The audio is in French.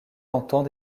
entend